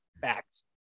Facts